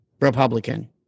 Republican